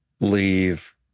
leave